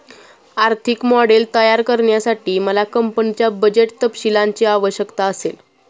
आर्थिक मॉडेल तयार करण्यासाठी मला कंपनीच्या बजेट तपशीलांची आवश्यकता असेल